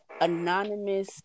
anonymous